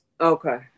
Okay